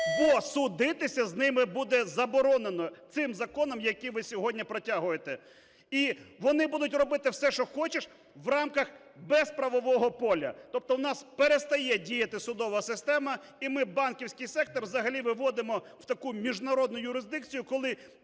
бо судитися з ними буде заборонено цим законом, який ви сьогодні протягуєте. І вони будуть робити все, що хочеш, в рамках без правового поля, тобто в нас перестає діяти судова система і ми банківський сектор взагалі виводимо в таку міжнародну юрисдикцію, коли